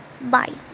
Bye